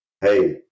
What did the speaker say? hey